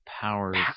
Powers